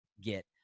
get